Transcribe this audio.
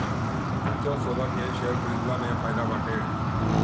futures सौदा के share खरीदला में फायदा बाटे